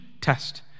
test